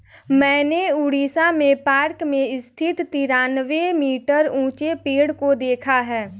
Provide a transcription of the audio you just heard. मैंने उड़ीसा में पार्क में स्थित तिरानवे मीटर ऊंचे पेड़ को देखा है